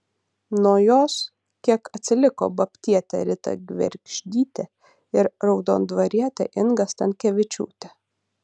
nuo jos kiek atsiliko babtietė rita gvergždytė ir raudondvarietė inga stankevičiūtė